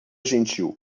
gentil